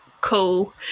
cool